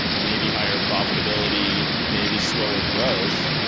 maybe higher profitability, maybe slower growth,